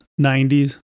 90s